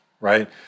right